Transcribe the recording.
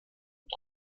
und